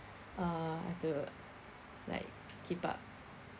uh I have to like keep up